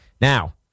Now